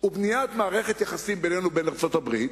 ושל בניית מערכת יחסים בינינו לבין ארצות-הברית,